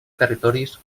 territoris